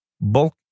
bulk